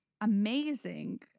amazing